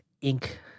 ink